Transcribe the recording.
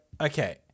okay